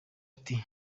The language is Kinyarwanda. ati